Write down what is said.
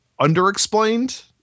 underexplained